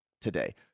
today